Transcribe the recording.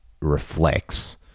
reflects